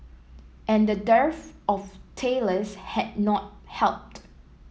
and the dearth of tailors has not helped